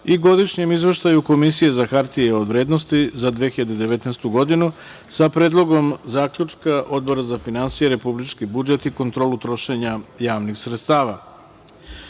i Godišnjem izveštaju Komisije za hartije od vrednosti za 2019. godinu, sa Predlogom zaključka Odbora za finansije, republički budžet i kontrolu trošenja javnih sredstava;I